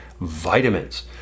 vitamins